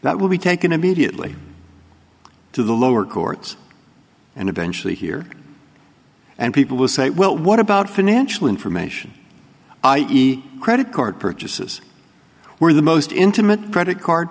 that will be taken immediately to the lower courts and eventually here and people will say well what about financial information i e credit card purchases where the most intimate credit card